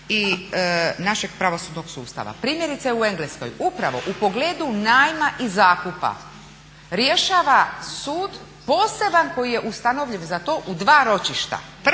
i našeg pravosudnog sustava. Primjerice u Engleskoj upravo u pogledu najma i zakupa rješava sud poseban koji je ustanovljen za to u dva ročišta.